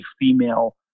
female